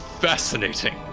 fascinating